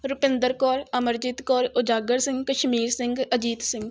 Rupinder Kaur Amarjit Kaur Ujagar Singh Kashmir Singh Ajit Singh